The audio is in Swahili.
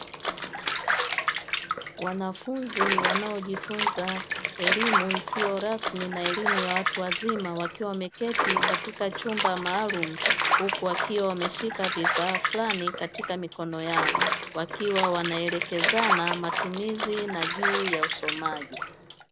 Wanafunzi wanaojifunza elimu isiyo rasmi na elimu ya watu wazima wakiwa wameketi katika chumba maalumu huku wakiwa wameshika vifaa flani katika mikono yao, wakiwa wanaelekezana matumizi na juu ya usomaji.